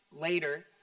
later